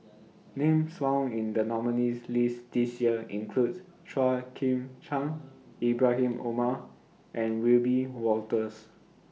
Names found in The nominees' list This Year includes Chua Chim Kang Ibrahim Omar and Wiebe Wolters